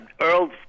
earl